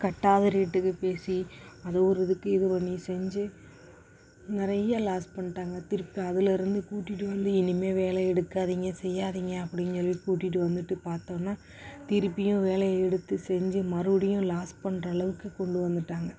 கட்டாத ரேட்டுக்கு பேசி அது ஒரு இதுக்கு இது ஒரு செஞ்சு நிறைய லாஸ் பண்ணிட்டாங்க திருப்பி அதுலேருந்து கூட்டிகிட்டு வந்து இனிமேல் வேலை எடுக்காதிங்க செய்யாதீங்க அப்படின்னு சொல்லி கூட்டிகிட்டு வந்துட்டு பார்த்தோனா திருப்பியும் வேலையை எடுத்து செஞ்சு மறுபடியும் லாஸ் பண்ணுறளவுக்கு கொண்டு வந்துட்டாங்க